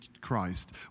Christ